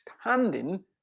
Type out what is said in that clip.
standing